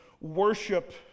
worship